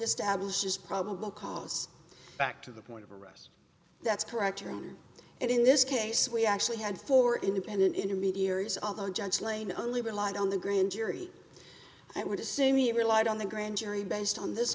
establishes probable cause back to the point that's correct term and in this case we actually had four independent intermediaries although judge lane only relied on the grand jury i would assume you relied on the grand jury based on this